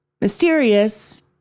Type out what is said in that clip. mysterious